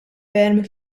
ferm